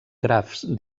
grafs